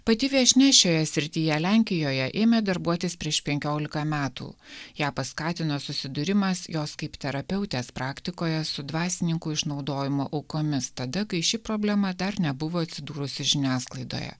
pati viešnia šioje srityje lenkijoje ėmė darbuotis prieš penkiolika metų ją paskatino susidūrimas jos kaip terapeutės praktikoje su dvasininkų išnaudojimo aukomis tada kai ši problema dar nebuvo atsidūrusi žiniasklaidoje